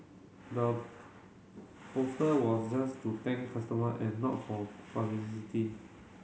the poster was just to thank customer and not for publicity